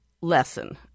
Lesson